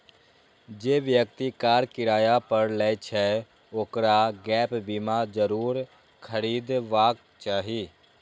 जे व्यक्ति कार किराया पर लै छै, ओकरा गैप बीमा जरूर खरीदबाक चाही